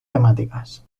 temáticas